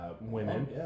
Women